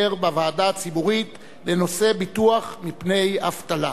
בוועדה הציבורית לנושא ביטוח מפני אבטלה.